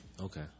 Okay